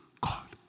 God